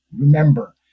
Remember